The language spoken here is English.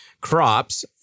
crops